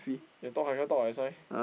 you talk lah I cannot talk that's why